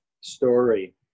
story